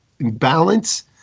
balance